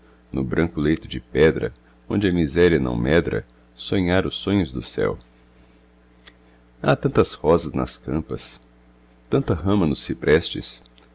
no branco leito de pedra onde a miséria não medra sonhar os sonhos do céu ha tantas rosas nas campas tanta rama nos ciprestes